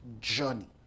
journey